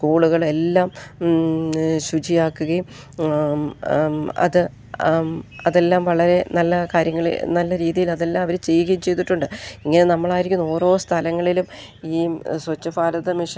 സ്കൂളുകളെല്ലാം ശുചിയാക്കുകയും അത് അതെല്ലാം വളരെ നല്ല കാര്യങ്ങൾ നല്ല രീതിയിൽ അതെല്ലാം അവർ ചെയ്യുകയും ചെയ്തിട്ടുണ്ട് ഇങ്ങനെ നമ്മളായിരിക്കുന്ന ഓരോ സ്ഥലങ്ങളിലും ഈ സ്വച്ഛ ഭാരത മിഷൻ